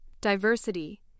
diversity